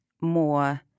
more